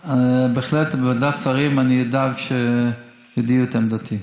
בהחלט, בוועדת שרים אני אדאג שיביעו את עמדתי.